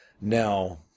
Now